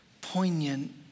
poignant